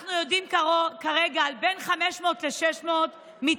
אנחנו יודעים כרגע על בין 500 ל-600 מתאבדים,